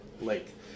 lake